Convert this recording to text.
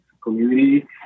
community